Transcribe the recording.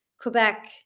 Quebec